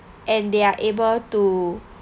and they are able to